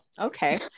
Okay